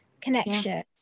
connection